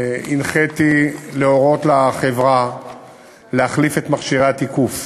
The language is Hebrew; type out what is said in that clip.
הנחיתי להורות לחברה להחליף את מכשירי התיקוף,